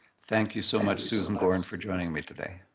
thank you so much, susan gorin, for joining me today.